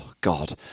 god